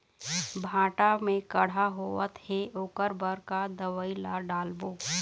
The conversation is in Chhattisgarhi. भांटा मे कड़हा होअत हे ओकर बर का दवई ला डालबो?